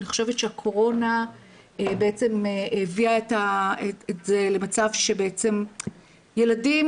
אני חושבת שהקורונה הביאה את זה למצב שבעצם ילדים,